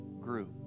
grew